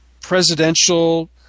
presidential